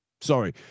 sorry